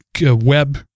web